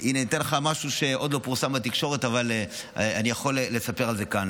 אני אתן לך משהו שעוד לא פורסם בתקשורת אבל אני יכול לספר על זה כאן.